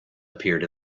appeared